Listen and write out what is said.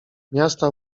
miasta